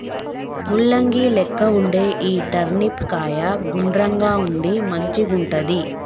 ముల్లంగి లెక్క వుండే ఈ టర్నిప్ కాయ గుండ్రంగా ఉండి మంచిగుంటది